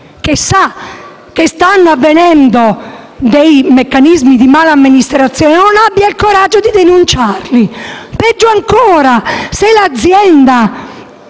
e sa che stanno verificandosi dei meccanismi di mala amministrazione, non abbia il coraggio di denunciarli. Peggio ancora: se l'azienda